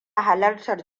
halartar